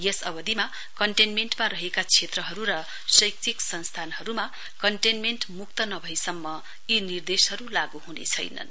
यस अवधिमा कन्टेण्मेण्टमा रहेका क्षात्रहरु र शैक्षिक संस्थानहरुमा कन्टेन्मेण्ट मुक्त नभएसम्म यी निर्देशहरु लागू हुने छैनन्